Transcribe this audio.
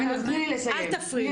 אל תפריעי.